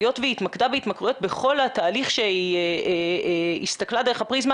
היות שהיא התמקדה בהתמכרויות בכל התהליך שהיא הסתכלה דרך הפריזמה,